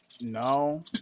No